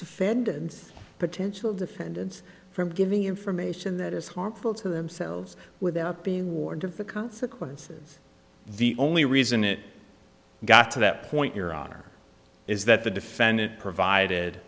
defendants potential defendants from giving information that is harmful to themselves without being warned of the consequences the only reason it got to that point your honor is that the defendant provided